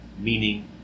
meaning